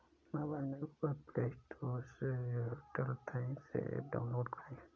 mobile में Google play store से Airtel thanks app download करें